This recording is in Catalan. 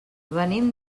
venim